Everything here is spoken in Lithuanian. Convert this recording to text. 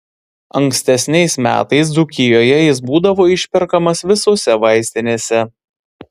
ankstesniais metais dzūkijoje jis būdavo išperkamas visose vaistinėse